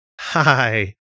hi